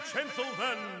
gentlemen